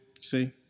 see